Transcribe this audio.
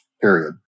period